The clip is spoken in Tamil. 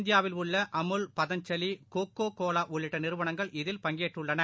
இந்தியாவில் உள்ளஅமுல் பதஞ்சலி கோகோகோவாஉள்ளிட்டநிறுவனங்கள் இதில் பங்கேற்றுள்ளன